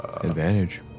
advantage